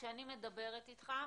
כשאני מדברת אתך,